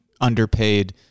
underpaid